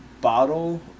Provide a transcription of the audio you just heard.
bottle